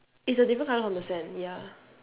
it's a different colour from the sand ya